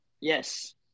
yes